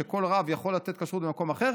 שכל רב יכול לתת כשרות במקום אחר.